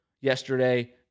yesterday